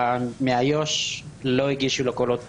מאיו"ש לא הגישו לקולות קוראים.